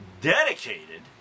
dedicated